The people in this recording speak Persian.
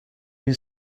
این